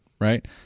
right